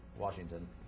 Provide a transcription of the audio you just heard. Washington